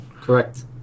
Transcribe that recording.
Correct